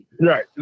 Right